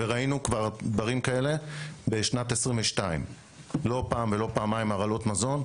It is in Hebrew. וראינו כבר דברים כאלה בשנת 2022. לא פעם ולא פעמיים הרעלות מזון,